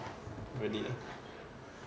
really